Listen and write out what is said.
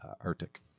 Arctic